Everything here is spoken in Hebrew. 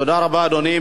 תודה רבה, אדוני.